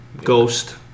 Ghost